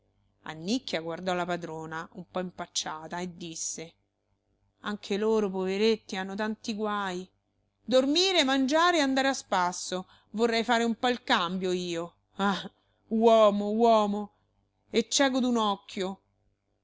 camera annicchia guardò la padrona un po impacciata e disse anche loro poveretti hanno tanti guaj dormire mangiare e andare a spasso vorrei fare un po il cambio io ah uomo uomo e cieco d'un occhio